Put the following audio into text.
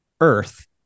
Earth